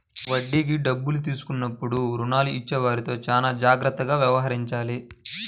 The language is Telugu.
వడ్డీకి డబ్బులు తీసుకున్నప్పుడు రుణాలు ఇచ్చేవారితో చానా జాగ్రత్తగా వ్యవహరించాలి